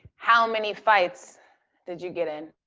how many fights did you get in?